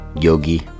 Yogi